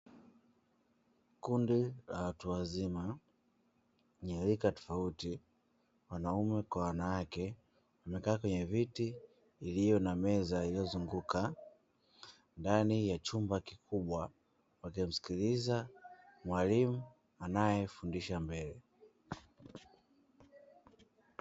Kundi la watu wazima, wenye rika tofauti, wanaume kwa wanawake, wamekaa kwenye viti vilivyo na meza iliyozunguka ndani ya chumba kikubwa, wakimsikiliza mwalimu anayefundisha mbele.